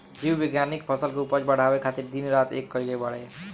जीव विज्ञानिक फसल के उपज बढ़ावे खातिर दिन रात एक कईले बाड़े